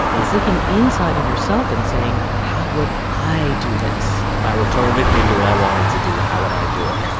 it's looking inside of yourself and saying, how would i do this? if i were totally free to do what i wanted to do, how would i do it?